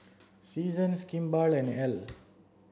seasons Kimball and Elle